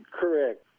Correct